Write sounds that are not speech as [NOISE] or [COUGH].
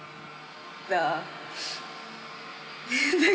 the [BREATH] [LAUGHS]